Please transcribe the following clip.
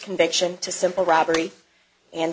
conviction to simple robbery and